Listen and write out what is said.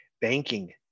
Banking